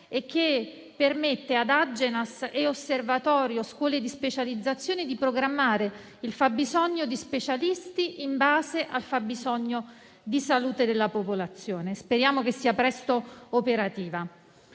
che permette ad Agenas e all'Osservatorio delle scuole di specializzazione di programmare il fabbisogno di specialisti in base al fabbisogno di salute della popolazione. Speriamo che sia presto operativa.